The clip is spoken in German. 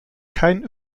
kein